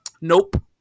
nope